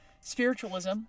Spiritualism